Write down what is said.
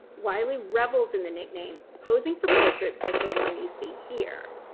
wiley revels in the nickname, posing for portraits like the one you see here.